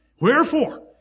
Wherefore